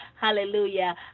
Hallelujah